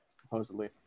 supposedly